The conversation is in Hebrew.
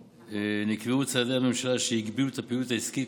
נקבעו צעדי הממשלה שהגבילו את הפעילות העסקית,